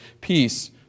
peace